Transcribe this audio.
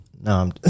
No